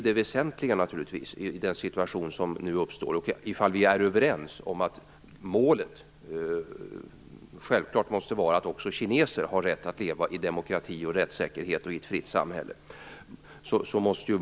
Det väsentliga är då naturligtvis att vi är överens om att målet självfallet måste vara att också kineser har rätt att leva under demokrati och rättssäkerhet och i fritt samhälle.